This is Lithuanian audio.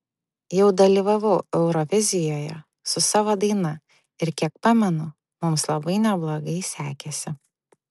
jau dalyvavau eurovizijoje su savo daina ir kiek pamenu mums labai neblogai sekėsi